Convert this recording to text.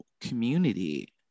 community